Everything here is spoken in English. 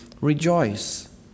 rejoice